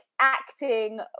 acting